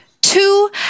two